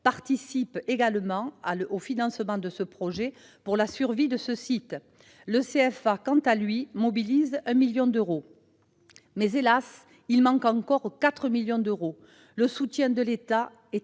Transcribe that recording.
participent également au financement de ce projet, essentiel pour la survie du site. Le CFA, quant à lui, mobilise un million d'euros. Hélas, il manque encore 4 millions d'euros. Le soutien de l'État est